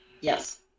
Yes